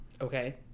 Okay